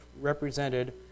represented